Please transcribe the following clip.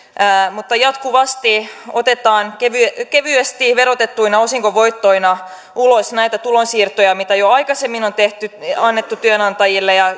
jatkuvasti otetaan kevyesti kevyesti verotettuina osinkovoittoina ulos näitä tulonsiirtoja mitä jo aikaisemmin on annettu työnantajille ja